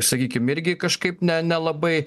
sakykim irgi kažkaip ne nelabai